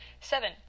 Seven